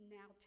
now